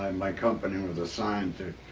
um my company was assigned